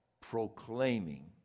proclaiming